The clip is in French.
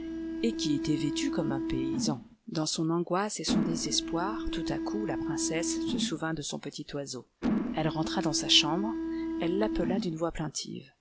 et qui était vêtu comme un paysan dans son angoisse et son désespoir tout à coup la princesse se souvint de son petit oiseau elle rentra dans sa chambre elle l'appela d'une voix